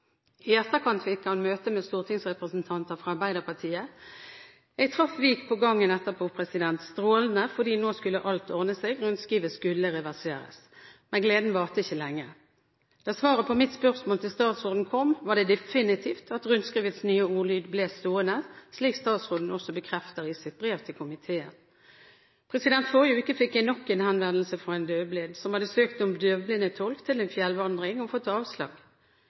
I etterkant fikk han et møte med stortingsrepresentanter fra Arbeiderpartiet. Jeg traff Vik på gangen etterpå, strålende fordi alt nå skulle ordne seg. Rundskrivet skulle reverseres. Men gleden varte ikke lenge. Da svaret på mitt spørsmål til statsråden kom, var det definitivt at rundskrivets nye ordlyd ble stående, slik statsråden også bekrefter i sitt brev til komiteen. Forrige uke fikk jeg nok en henvendelse fra en døvblind som hadde søkt om døvblindtolk til en fjellvandring og fått avslag.